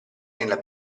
nella